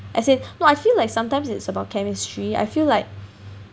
as in no I feel like sometimes it's about chemistry I feel like